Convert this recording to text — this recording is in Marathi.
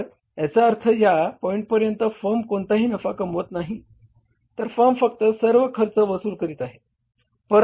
तर याचा अर्थ या पॉईंटपर्यंत फर्म कोणताही नफा कमवत नाही तर फर्म फक्त सर्व खर्च वसूल करीत आहे